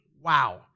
Wow